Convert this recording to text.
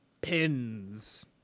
Pins